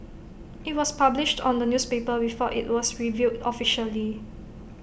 IT was published on the newspaper before IT was revealed officially